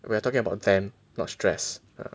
we're talking about them not stress